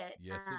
Yes